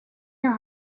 your